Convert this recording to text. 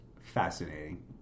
fascinating